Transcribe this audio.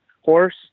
horse